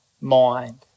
mind